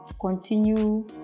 continue